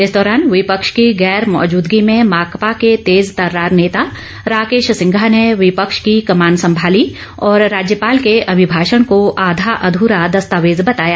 इस दौरान विपक्ष की गैर मौजूदगी में माकपा के तेज तर्रार नेता राकेश सिंघा ने विपक्ष की कमान संभाली और राज्यपाल के अभिभाषण को आधा अध्रा दस्तावेज बताया